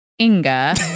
inga